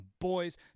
boys